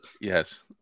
Yes